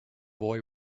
boy